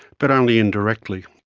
but only indirectly.